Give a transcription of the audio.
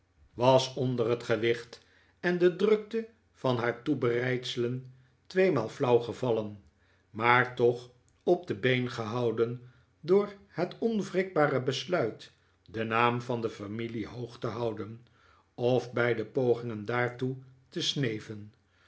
was onder het gewicht en de drukte van haar toebereidselen tweemaal flauw gevallen maar toch op de been gehouden door het onwrikbare besluit den naam van de familie hoog te houden of bij de pogingen daartoe te sneven